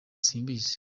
simbizi